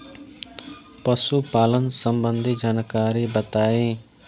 पशुपालन सबंधी जानकारी बताई?